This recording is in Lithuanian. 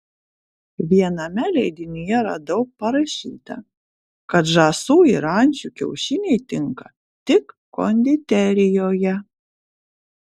viename leidinyje radau parašyta kad žąsų ir ančių kiaušiniai tinka tik konditerijoje